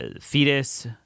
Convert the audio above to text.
Fetus